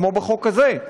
כמו בחוק הזה,